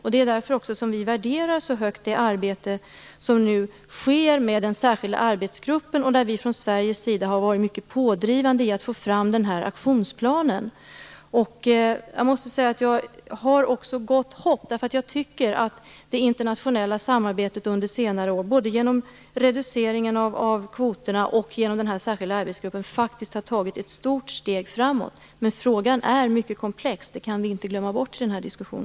Det är också därför som vi så högt värderar det arbete som nu sker med den särskilda arbetsgruppen, och där vi från Sveriges sida har varit mycket pådrivande när det gäller att få fram den här aktionsplanen. Jag måste säga att jag också har gott hopp. Jag tycker nämligen att det internationella samarbetet under senare år, både genom reduceringen av kvoterna och genom denna särskilda arbetsgruppen, faktiskt har tagit ett stort steg framåt. Men frågan är mycket komplex, det kan vi inte glömma bort i denna diskussion.